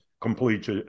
complete